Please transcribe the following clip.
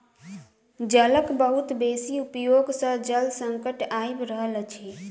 जलक बहुत बेसी उपयोग सॅ जल संकट आइब रहल अछि